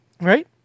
Right